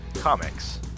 comics